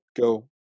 go